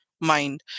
mind